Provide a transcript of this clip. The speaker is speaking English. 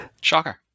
Shocker